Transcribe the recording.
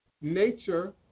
nature